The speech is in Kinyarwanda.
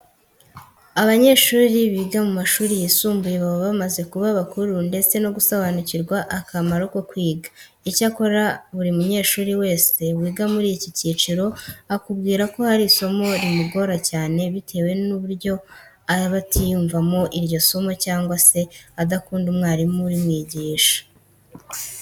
Abanyeshuri biga mu mashuri yisumbuye baba bamaze kuba bakuru ndetse no gusobanukirwa akamaro ko kwiga. Icyakora buri munyeshuri wese wiga muri iki cyiciro akubwira ko hari isomo rimugora cyane bitewe n'uburyo aba atiyumvamo iryo somo cyangwa se adakunda umwarimu urimwigisha.